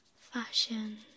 fashion